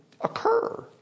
occur